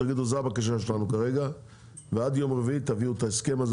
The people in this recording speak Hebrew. תגידו שזו הבקשה שלנו כרגע ועד יום רביעי תביאו את ההסכם הזה.